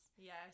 Yes